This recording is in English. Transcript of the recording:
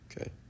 okay